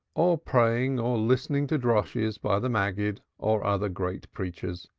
or praying or listening to drashes, by the maggid or other great preachers.